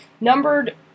Numbered